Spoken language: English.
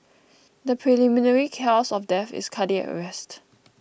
the preliminary cause of death is cardiac arrest